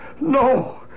No